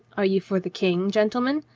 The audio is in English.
are you for the king, gentlemen?